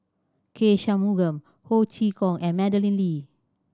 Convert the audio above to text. K Shanmugam Ho Chee Kong and Madeleine Lee